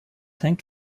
hängt